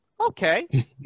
Okay